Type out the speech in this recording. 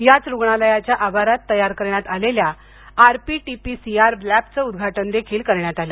याच रुग्णालयाच्या आवारात तयार करण्यात आलेल्या आरपीटीपीसीआर लॅबचं उदघाटन देखील करण्यात आलं